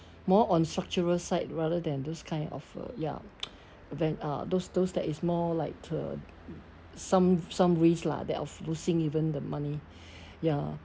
more on structural side rather than those kind of uh ya inve~ uh those those that is more like uh some some risk lah that of losing even the money ya